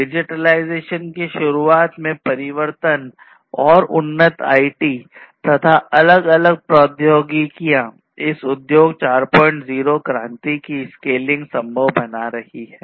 digitalisation की शुरूआत में परिवर्तन और उन्नत आईटी तथा अलग अलग प्रौद्योगिकियों इस उद्योग 40 क्रांति की स्केलिंग संभव बना रही है